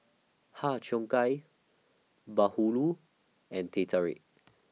Har Cheong Gai Bahulu and Teh Tarik